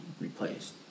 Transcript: replaced